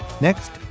Next